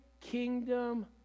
kingdom